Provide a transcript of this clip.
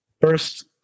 first